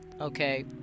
Okay